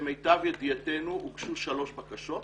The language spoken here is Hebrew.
למיטב ידיעתנו הוגשו שלוש בקשות,